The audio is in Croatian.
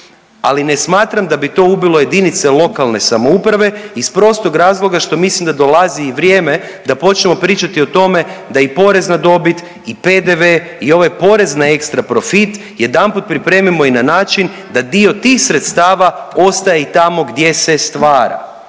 Ali ne smatram da bi to ubilo jedinice lokalne samouprave iz prostog razloga što mislim da dolazi i vrijeme da počnemo pričati o tome da i porez na dobit i PDV i ovaj porez na ekstra profit jedanput pripremimo i na način da dio tih sredstava ostaje tamo i gdje se stvara,